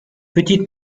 petite